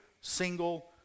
single